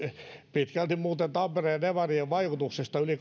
pitkälti muuten tampereen demarien vaikutuksesta yli